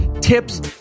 tips